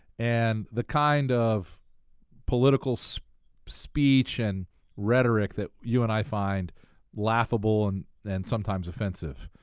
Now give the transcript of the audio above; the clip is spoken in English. and the kind of political so speech and rhetoric that you and i find laughable and and sometimes offensive.